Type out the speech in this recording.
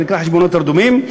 זה נקרא חשבונות רדומים,